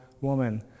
woman